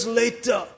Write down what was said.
later